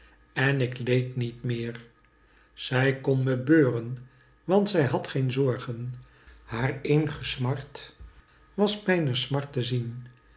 en k leed niet meer zij kon me beuren want zij had geen zorgen haar eenge smart was mijne smart te zien